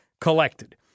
collected